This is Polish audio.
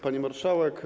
Pani Marszałek!